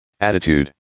attitude